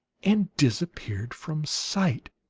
and disappeared from sight.